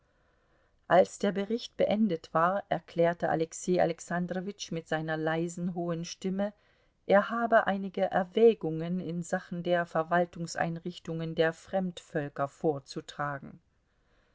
als der bericht beendet war erklärte alexei alexandrowitsch mit seiner leisen hohen stimme er habe einige erwägungen in sachen der verwaltungseinrichtungen der fremdvölker vorzutragen